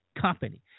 company